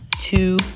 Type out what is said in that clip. two